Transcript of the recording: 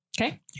okay